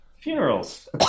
funerals